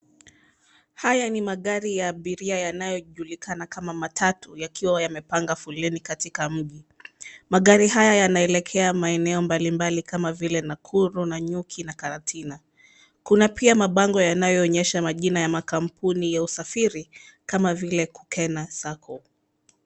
Haya ni magari ya abiria yanayojulikana kama matatu yakiwa yamepanga foleni katika mji. Magari haya yanaelekea maeneo mbalimbali kama vile Nakuru, Nanyuki na Karatina. Kuna pia mabango yanayoonyesha majina ya makampuni ya usafiri kama vile Kukena sacco .